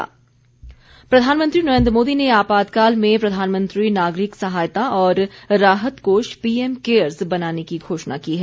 PM CARES प्रधानमंत्री नरेन्द्र मोदी ने आपातकाल में प्रधानमंत्री नागरिक सहायता और राहत कोष पीएम केयर्स बनाने की घोषणा की है